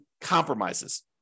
compromises